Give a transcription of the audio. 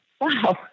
wow